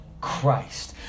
Christ